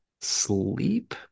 sleep